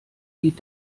lied